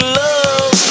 love